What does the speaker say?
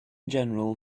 general